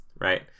right